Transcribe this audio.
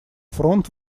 фронт